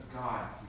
God